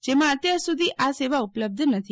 જેમાં અત્યાર સુધી આ સેવા ઉપલબ્ધ નથી